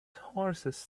horses